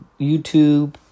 YouTube